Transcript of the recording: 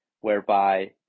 whereby